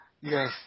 yes